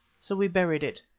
so we buried it,